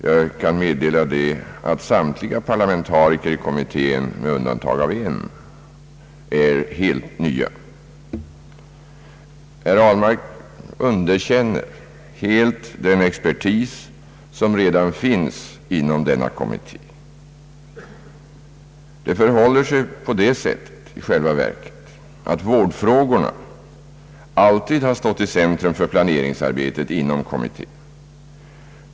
Jag kan meddela att samtliga parlamentariker i kommittén, med undantag för en, är helt nya. Herr Ahlmark underkänner helt den expertis som redan finns inom denna kommitté. Det förhåller sig i själva verket på det sättet, att vårdfrågorna alltid har stått i centrum för planeringsarbe tet inom kommittén.